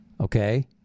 Okay